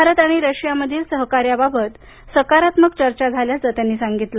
भारत आणि रशियामधील सहकार्याबाबत सकारात्मक चर्चा झाल्याचं त्यांनी सांगितलं